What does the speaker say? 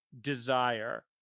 desire